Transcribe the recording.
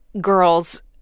girl's